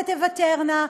ותוותרנה,